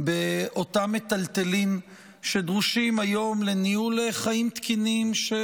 באותם מיטלטלין שדרושים היום לניהול חיים תקינים של